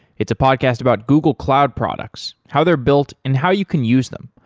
it's a podcast about google cloud products, how they're built and how you can use them.